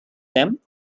them